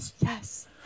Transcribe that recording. Yes